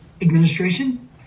Administration